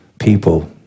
people